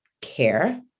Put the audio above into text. care